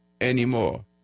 anymore